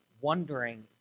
wondering